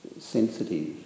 sensitive